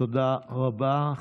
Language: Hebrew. תודה רבה.